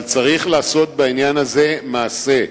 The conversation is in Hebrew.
אבל צריך לעשות בעניין הזה מעשה.